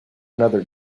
another